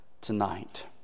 tonight